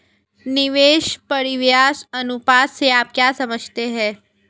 निवेश परिव्यास अनुपात से आप क्या समझते हैं?